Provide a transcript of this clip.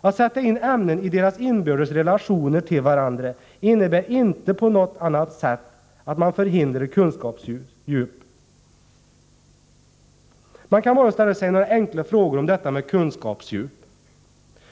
Att sätta in ämnen i deras inbördes relationer till varandra innebär inte på något sätt att man förhindrar kunskapsdjup. Man kan bara ställa sig några enkla frågor om detta med kunskapsdjup: